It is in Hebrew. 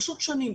פשוט שנים.